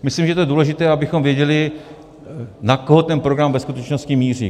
Myslím, že je to důležité, abychom věděli, na koho ten program ve skutečnosti míří.